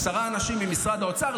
עשרה אנשים ממשרד האוצר,